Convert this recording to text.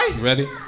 Ready